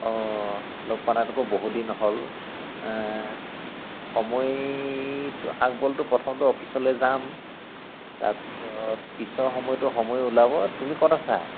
অ লগ পোৱা নাই আকৌ বহুতদিন হ'ল সময় আগডখৰটো প্ৰথম অফিচলৈ যাম তাৰপিছত পিছৰ সময়টো সময় ওলাব তুমি ক'ত আছা